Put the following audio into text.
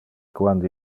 quando